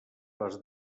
les